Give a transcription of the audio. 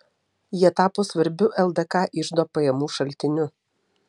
jie tapo svarbiu ldk iždo pajamų šaltiniu